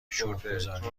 شکرگزاری